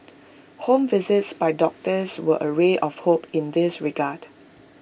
home visits by doctors were A ray of hope in this regard